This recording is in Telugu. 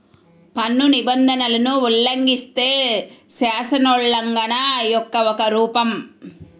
పన్ను నిబంధనలను ఉల్లంఘిస్తే, శాసనోల్లంఘన యొక్క ఒక రూపం